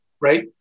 Right